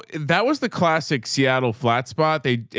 and that was the classic seattle flat spot. they,